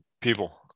people